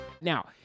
Now